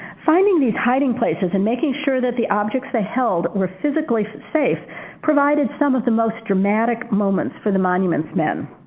finding these hiding places and making sure that the objects they held were physically safe provided some of the most dramatic moments for the monuments men.